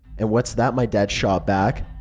and what's that? my dad shot back.